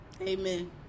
Amen